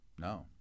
no